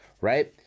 right